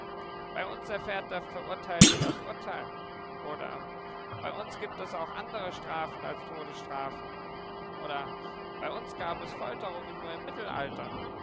bei uns wird der angeklagte vor dem urteil verhört oder bei uns gibt es auch andere strafen als todesstrafen oder bei uns gab es folterungen nur im mittelalter